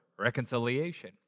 reconciliation